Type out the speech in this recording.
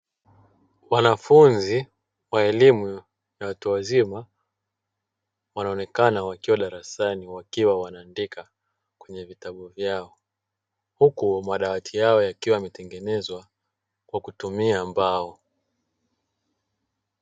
Wanafunzi wa elimu ya watu wazima wanaonekana wakiwa darasani wakiwa wanaandika kwenye vitabu vyao huku madawati yao yakiwa yametengenezwa kwa kutumia mbao.